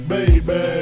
Baby